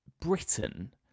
britain